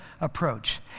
approach